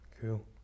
Cool